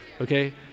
okay